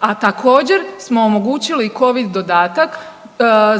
a također smo i omogućili Covid dodatak